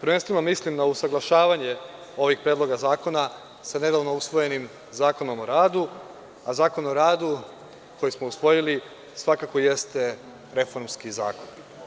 prvenstveno mislim na usaglašavanje ovih predloga zakona sa nedavno usvojenim Zakonom o radu, a Zakon o radu, koji smo usvojili, svakako jeste reformski zakon.